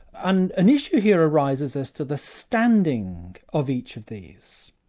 and an issue here arises as to the standing of each of these.